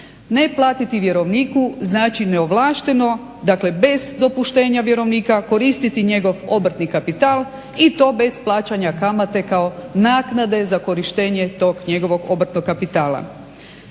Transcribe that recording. Neplatiti vjerovniku znači neovlašteno dakle bez dopuštenja vjerovnika koristiti njegov obrtni kapital i to bez plaćanja kamate kao naknade za korištenje tog njegovog obrtnog kapitala.